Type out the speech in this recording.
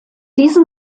diesen